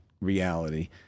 reality